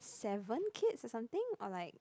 seven kids or something or like